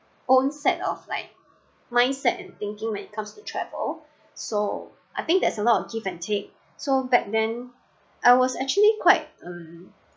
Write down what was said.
own set of like mindset and thinking when comes to travel so I think there's a lot of give and take so back then I was actually quite hmm